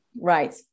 Right